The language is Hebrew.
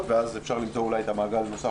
ואז אפשר למצוא אולי את המעגל הנוסף,